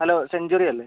hello century അല്ലേ